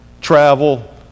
Travel